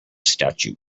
statute